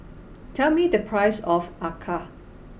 tell me the price of Acar